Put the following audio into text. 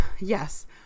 Yes